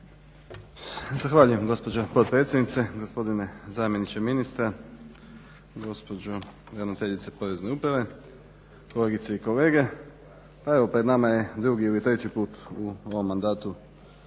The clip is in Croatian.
Zahvaljujem gospođo potpredsjednice, gospodine zamjeniče ministra, gospođo ravnateljice Porezne uprave, kolegice i kolege. Evo pred nama je drugi ili treći put u ovom mandatu